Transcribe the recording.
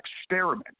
experiment